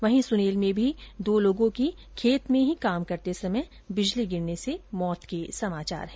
वहीं सुनेल में भी दो लोगों की खेत में काम करते समय बिजली गिरने से मौत के समाचार है